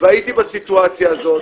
הייתי בסיטואציה הזאת,